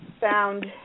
found